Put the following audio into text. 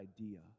idea